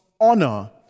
honor